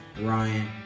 Ryan